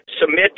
submit